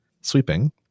sweeping